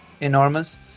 enormous